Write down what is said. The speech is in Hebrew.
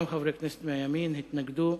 גם חברי כנסת מהימין התנגדו,